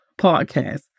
podcast